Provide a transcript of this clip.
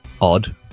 odd